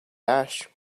ash